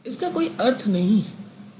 इसका कोई अर्थ नहीं है